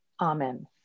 Amen